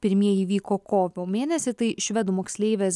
pirmieji vyko kovo mėnesį tai švedų moksleivės